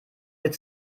wird